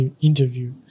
interview